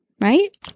right